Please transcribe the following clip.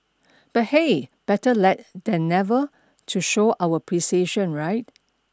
but hey better let than never to show our appreciation right